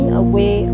away